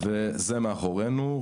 זה מאחורינו.